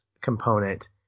component